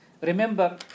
Remember